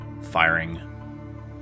firing